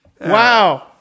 Wow